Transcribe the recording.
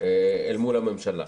אל מול הממשלה.